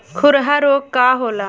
खुरहा रोग का होला?